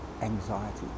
anxiety